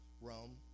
Rome